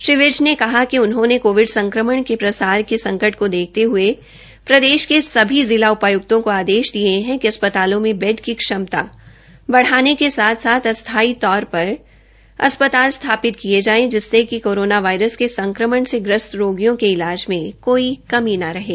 श्री विज ने कहा कि उन्होनें कोविड संक्रमण के प्रसार के संकट को देखते हए प्रदेश के सभी जिला उपायुक्तों को आदेश दिए है कि अस्पतालों में बैड की क्षमता बढ़ाने के साथ साथ अस्थाई तौर पर अस्पताल स्थापित किए जाए जिससे की कोरोना वायरस के संक्रमण से ग्रस्त रोगियों के ईलाज में कोई कमी न रहें